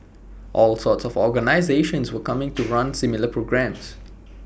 all sorts of organisations were coming to run similar programmes